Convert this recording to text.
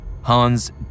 Hans